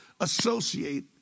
associate